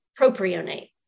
propionate